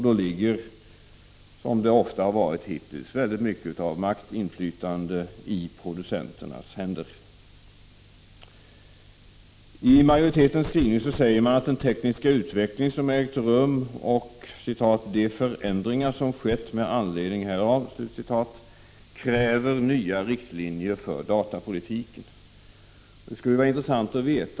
Då ligger, som det ofta har varit hittills, väldigt mycket makt och inflytande i producenternas händer. I majoritetens skrivning säger man att den tekniska utveckling som har ägt rum och ”de förändringar som skett med anledning härav” kräver nya riktlinjer för datapolitiken.